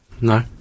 No